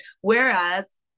Whereas